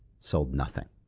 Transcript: sold nothing.